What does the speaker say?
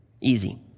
Easy